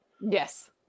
Yes